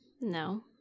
No